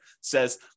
says